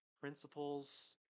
principles